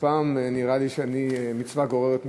והפעם נראה לי שמצווה גוררת מצווה.